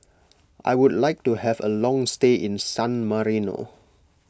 I would like to have a long stay in San Marino